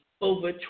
over